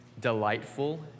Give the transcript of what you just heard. delightful